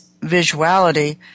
visuality